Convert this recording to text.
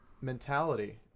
mentality